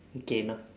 okay enough